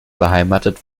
beheimatet